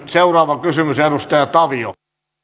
seuraava kysymys edustaja tavio